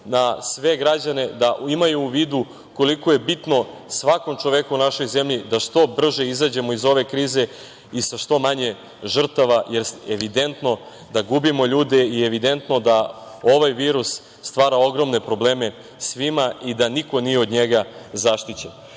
na sve građane da imaju u vidu koliko je bitno svakom čoveku u našoj zemlji da što brže izađemo iz ove krize i sa što manje žrtava, jer je evidentno da gubimo ljude i evidentno je da ovaj virus stvara ogromne probleme svima i da niko nije od njega zaštićen. Što